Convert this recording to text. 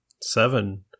Seven